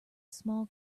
small